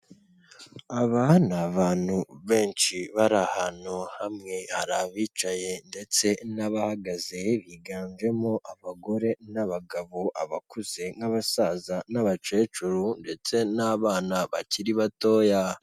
Aba ni abantu benshi bari ahantu hamwe. Hari abicaye ndetse n'abahagaze biganjemo abagore n'abagabo, abakuze n'abasaza n'abakecuru ndetse n'abana bakiri batoya.